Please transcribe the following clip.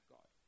God